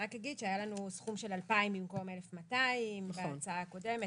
רק אגיד שהיה לנו סכום של 2,000 במקום 1,200 בהצעה הקודמת,